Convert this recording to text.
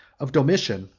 of domitian,